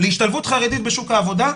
להשתלבות חרדית בשוק העבודה,